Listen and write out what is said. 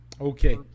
Okay